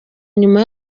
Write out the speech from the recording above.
nyuma